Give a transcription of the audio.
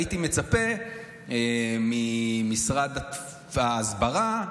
הייתי מצפה ממשרד ההסברה,